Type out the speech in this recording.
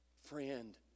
Friend